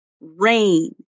rain